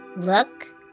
look